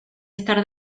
estar